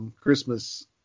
Christmas